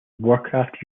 warcraft